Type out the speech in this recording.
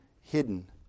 hidden